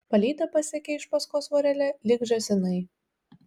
palyda pasekė iš paskos vorele lyg žąsinai